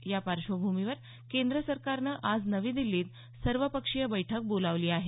या पार्श्वभूमीवर केंद्र सरकारनं आज नवी दिल्लीत सर्वपक्षीय बैठक बोलावली आहे